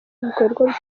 ibikorwa